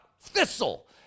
thistle